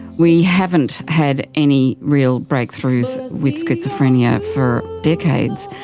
we haven't had any real breakthroughs with schizophrenia for decades,